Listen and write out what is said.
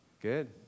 Good